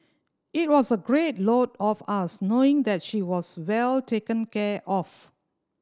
it was a great load off us knowing that she was well taken care of